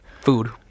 Food